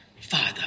Father